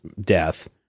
death